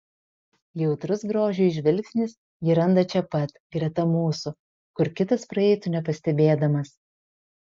jautrus grožiui žvilgsnis jį randa čia pat greta mūsų kur kitas praeitų nepastebėdamas